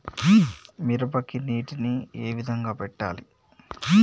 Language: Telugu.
మిరపకి నీటిని ఏ విధంగా పెట్టాలి?